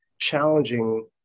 challenging